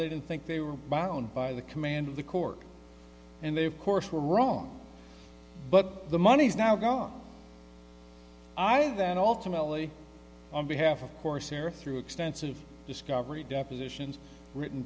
they didn't think they were bound by the command of the court and they've course were wrong but the money is now gone i have that all to mellie on behalf of course here through extensive discovery depositions written